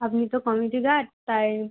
আপনি তো committee guard তাই